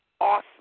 awesome